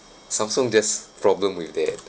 Samsung just problem with that